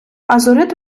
азурит